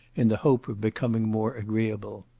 in the hope of becoming more agreeable.